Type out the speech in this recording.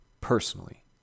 personally